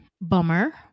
bummer